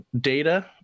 data